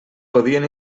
podien